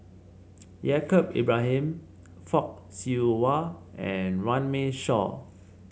Yaacob Ibrahim Fock Siew Wah and Runme Shaw